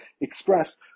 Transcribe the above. expressed